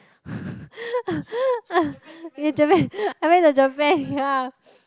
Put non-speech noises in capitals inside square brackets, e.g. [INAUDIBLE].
[LAUGHS] Japan I went to Japan ya